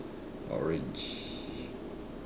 orange